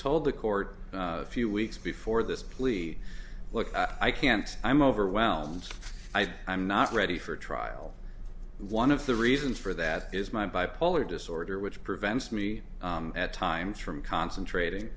told the court few weeks before this plea look i can't i'm overwhelmed i'm not ready for trial one of the reasons for that is my bipolar disorder which prevents me at times from concentrat